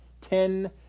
ten